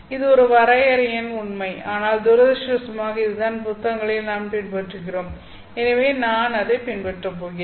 இது ஒரு வரையறையின் உண்மை ஆனால் துரதிர்ஷ்டவசமாக இதுதான் புத்தகங்களில் நாம் பின்பற்றுகிறோம் எனவே நான் அதைப் பின்பற்றப் போகிறேன்